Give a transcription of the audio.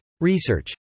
Research